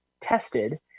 tested